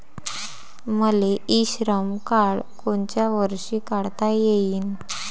मले e Shram card कोनच्या वर्षी काढता येईन?